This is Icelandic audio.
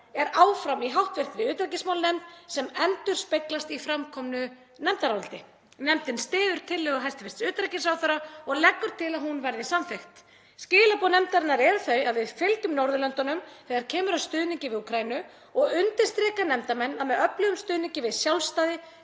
er áfram í hv. utanríkismálanefnd sem endurspeglast í framkomnu nefndaráliti. Nefndin styður tillögu hæstv. utanríkisráðherra og leggur til að hún verði samþykkt. Skilaboð nefndarinnar eru þau að við fylgjum Norðurlöndunum þegar kemur að stuðningi við Úkraínu og undirstrika nefndarmenn að með öflugum stuðningi við sjálfstæði,